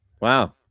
Wow